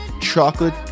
Chocolate